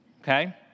okay